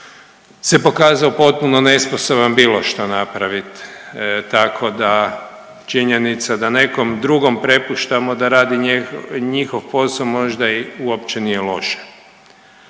se pokazao potpuno nesposoban bilo što napravit tako da činjenica da nekom drugom prepuštamo da radi njihov posao možda uopće i nije loše.